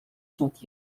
sont